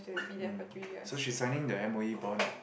mm so she's signing the M_O_E bond lah